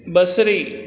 बसरी